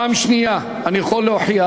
הדבר שני, אני יכול להוכיח,